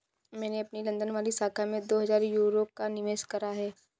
मैंने अपनी लंदन वाली शाखा में दो हजार यूरो का निवेश करा है